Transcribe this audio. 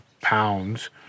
pounds